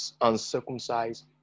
uncircumcised